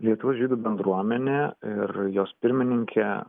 lietuvos žydų bendruomenė ir jos pirmininkė